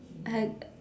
I